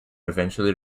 eventually